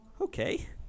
Okay